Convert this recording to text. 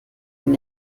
dann